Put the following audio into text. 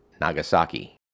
Nagasaki